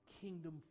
kingdom